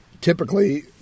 typically